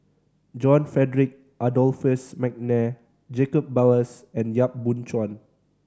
John Frederick Adolphus McNair Jacob Ballas and Yap Boon Chuan